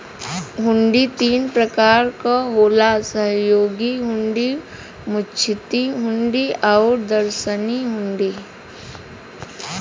हुंडी तीन प्रकार क होला सहयोग हुंडी, मुद्दती हुंडी आउर दर्शनी हुंडी